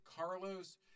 Carlos